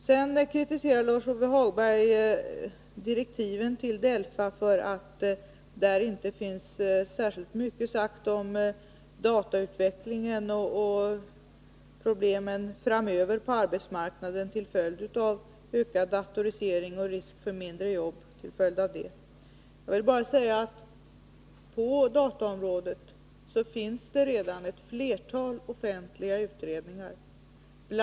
Sedan kritiserar Lars-Ove Hagberg direktiven till DELFA för att där inte finns särskilt mycket sagt om datautvecklingen och problemen framöver på arbetsmarknaden till följd av ökad datorisering och risk för färre jobb med anledning därav. Men på dataområdet finns redan ett flertal offentliga utredningar. BI.